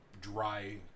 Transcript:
dry